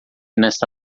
nesta